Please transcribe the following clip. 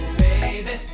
baby